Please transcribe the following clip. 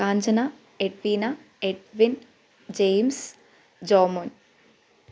Kanchana Edwina Edwin James Jomon